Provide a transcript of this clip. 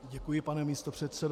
Děkuji, pane místopředsedo.